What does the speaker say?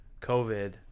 COVID